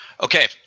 Okay